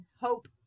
hope